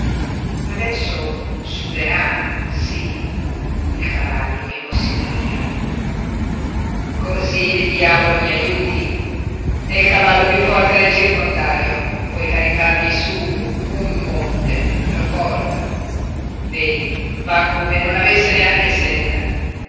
leggero adesso suderà sí il cavallo di vossignoria cosí il diavolo mi aiuti è il cavallo piú forte del circondario puoi caricargli su un monte lo porta vedi va come non avesse neanche sella